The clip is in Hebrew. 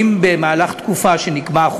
שאם במהלך תקופה שנקבע,